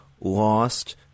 lost